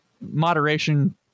moderation